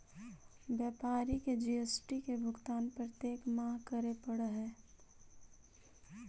व्यापारी के जी.एस.टी के भुगतान प्रत्येक माह करे पड़ऽ हई